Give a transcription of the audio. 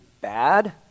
bad